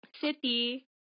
city